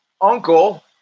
uncle